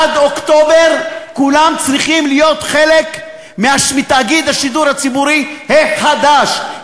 עד אוקטובר כולם צריכים להיות חלק מתאגיד השידור הציבורי החדש.